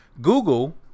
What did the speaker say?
google